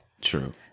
True